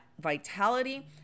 vitality